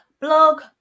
blog